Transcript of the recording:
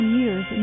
years